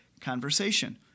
conversation